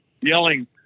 yelling